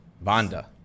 vanda